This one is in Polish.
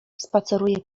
spaceruję